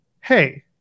hey